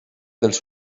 dels